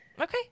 Okay